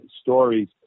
stories